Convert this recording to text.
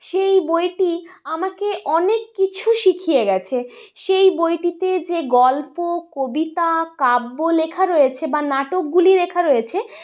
সেই বইটি আমাকে অনেক কিছু শিখিয়ে গেছে সেই বইটিতে যেই গল্প কবিতা কাব্য লেখা রয়েছে বা নাটকগুলি লেখা রয়েছে